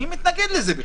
מי מתנגד לזה?